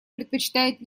предпочитает